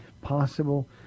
Possible